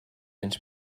ens